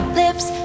lips